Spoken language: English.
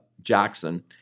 Jackson